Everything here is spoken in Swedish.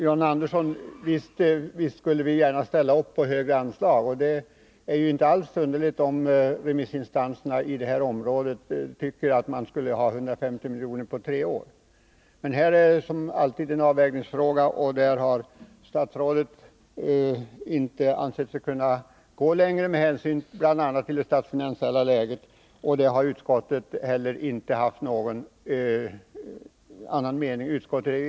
Herr talman! Visst skulle vi, John Andersson, gärna vilja ställa upp när det gäller högre anslag. Det är inte alls underligt att remissinstanserna i området i fråga tycker att det borde anslås 150 milj.kr. på tre år. Som alltid är det en avvägningsfråga, och.statsrådet har inte ansett sig kunna sträcka sig längre, bl.a. med hänsyn till det statsfinansiella läget. Ett enigt utskott har inte haft någon annan mening.